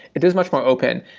it is much more open.